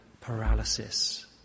paralysis